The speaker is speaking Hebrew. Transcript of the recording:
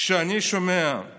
כשאני שומע את